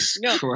no